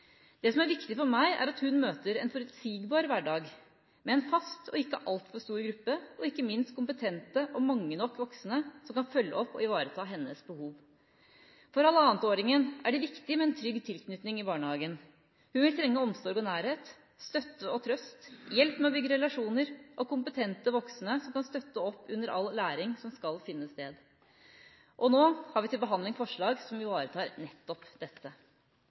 Det som er viktig for meg, er at hun møter en forutsigbar hverdag med en fast og ikke altfor stor gruppe, og ikke minst kompetente og mange nok voksne som kan følge opp og ivareta hennes behov. For halvannetåringen er det viktig med en trygg tilknytning i barnehagen. Hun vil trenge omsorg og nærhet, støtte og trøst, hjelp med å bygge relasjoner og kompetente voksne som kan støtte opp under all læring som skal finne sted. Og nå har vi til behandling forslag som ivaretar nettopp dette.